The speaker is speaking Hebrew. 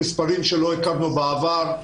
עם מספרים שלא הכרנו בעבר.